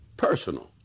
Personal